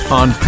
on